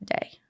day